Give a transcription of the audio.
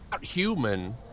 Human